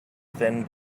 thin